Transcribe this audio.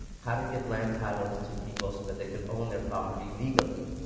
how to give land titles to people so that they could own their property legally